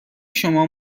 شما